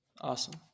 Awesome